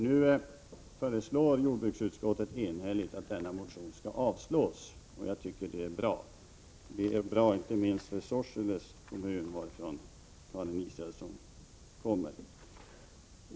Nu föreslår jordbruksutskottet enhälligt att motionen skall avslås, och jag tycker att det är bra, inte minst för Sorsele kommun, varifrån Karin Israelsson kommer.